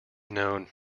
known